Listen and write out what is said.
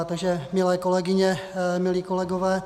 Takže milé kolegyně, milí kolegové.